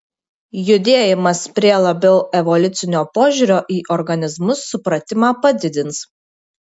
judėjimas prie labiau evoliucinio požiūrio į organizmus supratimą padidins